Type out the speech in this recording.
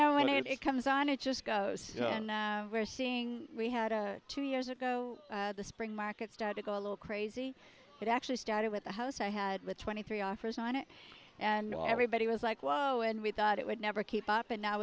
know when it comes on it just goes and we're seeing we had two years ago the spring market started go a little crazy it actually started with the house i had with twenty three offers on it and everybody was like wow and we thought it would never keep up and now